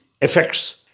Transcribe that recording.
effects